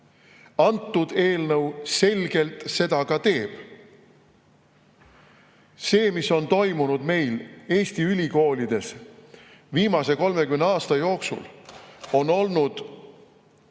Antud eelnõu selgelt seda ka teeb. See, mis on toimunud Eesti ülikoolides viimase 30 aasta jooksul, on olnud